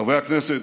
חברי הכנסת,